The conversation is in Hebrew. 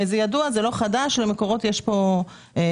זה ידוע, זה לא חדש, ולמקורות יש עמדה.